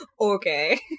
Okay